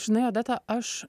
žinai odeta aš